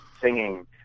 singing